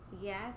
Yes